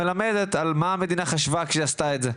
מלמדת על מה המדינה חשבה כשהיא עשתה את זה.